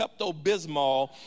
Pepto-Bismol